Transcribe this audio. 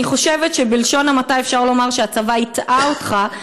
אני חושבת שאפשר לומר שהצבא הטעה אותך,